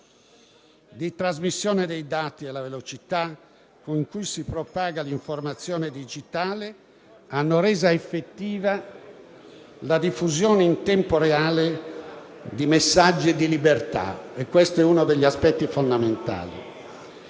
di trasmissione dei dati e la velocità con cui si propaga l'informazione digitale hanno reso effettiva la diffusione in tempo reale di messaggi di libertà. Questo è uno degli aspetti fondamentali.